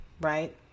Right